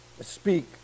speak